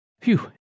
Phew